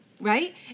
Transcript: right